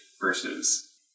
versus